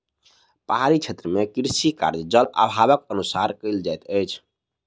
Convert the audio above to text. पहाड़ी क्षेत्र मे कृषि कार्य, जल अभावक अनुसार कयल जाइत अछि